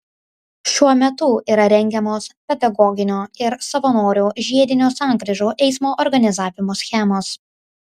šiuo metu yra rengiamos pedagoginio ir savanorių žiedinių sankryžų eismo organizavimo schemos